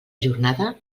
jornada